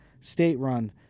state-run